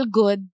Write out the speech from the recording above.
good